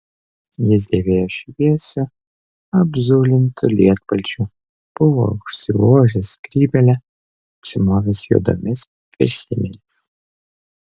jis dėvėjo šviesiu apzulintu lietpalčiu buvo užsivožęs skrybėlę apsimovęs juodomis pirštinėmis